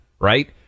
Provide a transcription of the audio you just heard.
Right